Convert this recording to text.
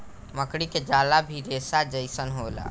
मकड़ी के जाला भी रेसा जइसन होला